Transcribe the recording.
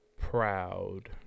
proud